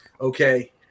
okay